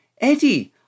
Eddie